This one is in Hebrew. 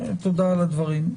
תודה על הדברים.